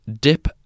Dip